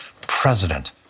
President